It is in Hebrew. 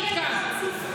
תחשוף את הפנים האמיתיות שלך,